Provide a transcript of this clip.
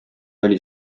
oli